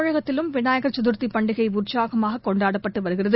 தமிழகத்திலும் விநாயகர் சதுர்த்திபண்டிகைஉற்சாகமாககொண்டாடப்பட்டுவருகிறது